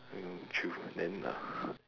mm true then ah